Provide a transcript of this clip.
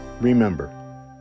Remember